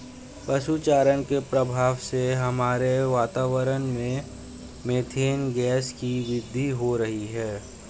पशु चारण के प्रभाव से हमारे वातावरण में मेथेन गैस की वृद्धि हो रही है